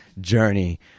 journey